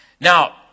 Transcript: Now